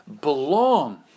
belong